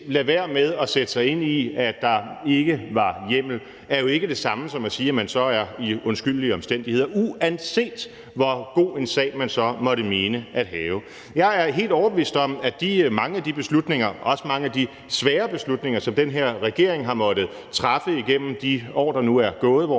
lader være med at sætte sig ind i, at der ikke var hjemmel, er jo ikke det samme som at sige, at man så er i undskyldelige omstændigheder, uanset hvor god en sag man måtte mene at have. Jeg er helt overbevist om, at mange af de beslutninger, også mange af de svære beslutninger, som den her regering har måttet træffe igennem de år, der nu er gået, hvor